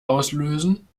auslösen